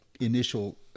initial